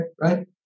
right